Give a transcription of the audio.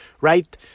right